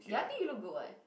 ya I think you look good [what]